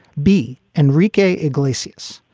b enrique iglesias.